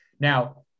Now